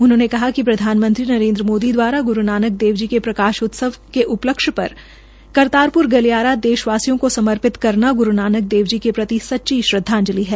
उन्होंने कहा कि प्रधानमंत्री नरेन्द्र मोदी दवारा ग्रू नानक देव जी के प्रकाश उत्सव के उपलक्ष्य पर करतारपुर गलियारा देशवासियों को समर्पित करना ग्रू नानक देवी के प्रति सच्ची श्रद्वाजंलि है